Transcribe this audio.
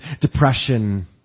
depression